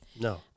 No